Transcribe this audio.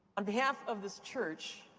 on behalf of this church,